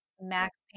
Max